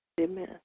amen